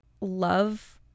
love